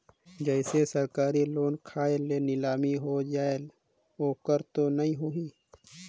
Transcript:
जैसे सरकारी लोन खाय मे नीलामी हो जायेल ओकर तो नइ होही?